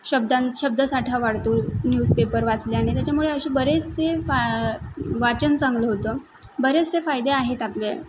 शब्दां शब्दसाठा वाढतो न्यूजपेपर वाचल्याने त्याच्यामुळे असे बरेचसे फाय वाचन चांगलं होतं बरेचसे फायदे आहेत आपले